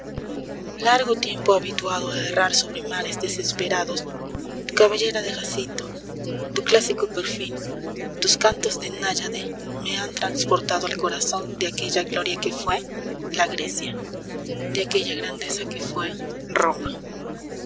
largo tiempo habituado a errar sobre mares desesperados tu cabellera de jacinto tu clásico perfil tus cantos de náyade me han transportado al corazón de aquella gloria que fué la grecia de aquella grandeza que fué roma